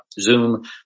Zoom